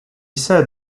said